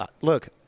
look